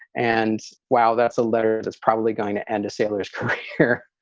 and wow, that's a letter that's probably going to end to sailors here.